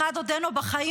אחד עודנו בחיים,